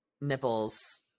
nipples